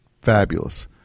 fabulous